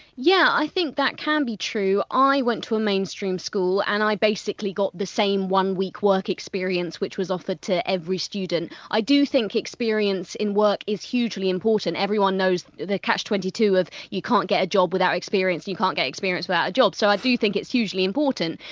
yeah, i think that can be true. i went to a mainstream school and i basically got the same one-week work experience which was offered to every student. i do think experience in work is hugely important, everyone knows the catch twenty two of you can't get a job without experience, you can't get experience without a job. so, i do think it's hugely important.